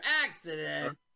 Accident